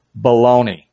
Baloney